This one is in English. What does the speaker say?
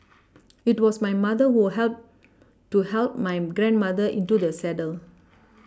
it was my mother who help to help my grandmother into the saddle